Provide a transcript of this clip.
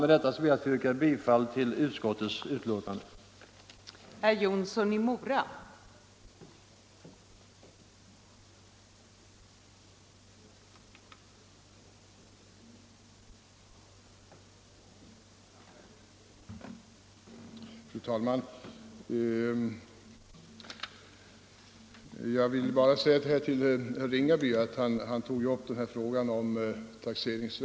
Med detta ber jag att få yrka bifall till utskottets hemställan i socialförsäkringsutskottets betänkande nr 5.